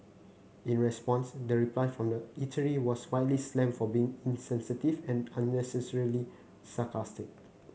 in response the reply from the eatery was widely slammed for being insensitive and unnecessarily sarcastic